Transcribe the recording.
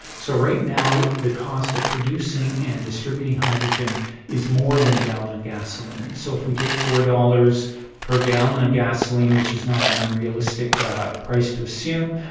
so right now the cost of producing and distributing hydrogen is more than a gallon of gasoline. so if we take four dollars per gallon of gasoline, which is not an unrealistic price to assume,